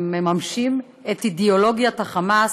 הם מממשים את אידיאולוגיית ה"חמאס"